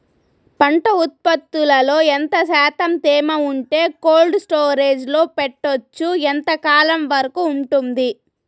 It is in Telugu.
పంట ఉత్పత్తులలో ఎంత శాతం తేమ ఉంటే కోల్డ్ స్టోరేజ్ లో పెట్టొచ్చు? ఎంతకాలం వరకు ఉంటుంది